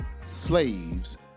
slaves